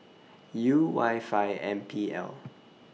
U Y five M P L